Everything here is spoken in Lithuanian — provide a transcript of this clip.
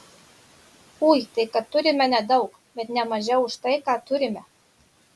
ui tai kad turime nedaug bet ne mažiau už tai ką turime